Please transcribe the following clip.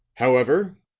however,